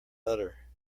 udder